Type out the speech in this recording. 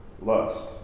lust